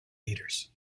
leaders